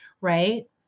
right